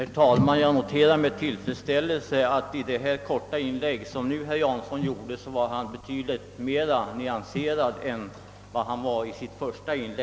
Herr talman! Jag noterar med tillfredsställelse att herr Jansson i detta korta inlägg var betydligt mer nyanserad än han var i sitt första anförande.